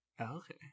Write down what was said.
Okay